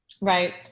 Right